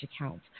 accounts